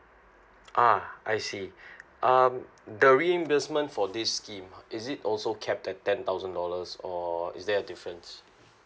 ah I see um the reimbursement for this scheme ah is it also capped at ten thousand dollars or is there a difference